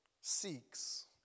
seeks